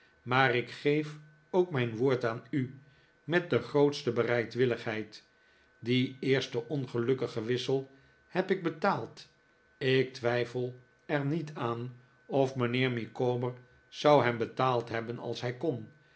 maar ik geef ook mijn woord aan u met de grootste bereidwilligheid dien eersten ongelukkigen wissel heb ik betaald ik twijfel er niet aan of mijnheer micawber zou hem betaald hebben als hij kon